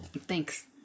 Thanks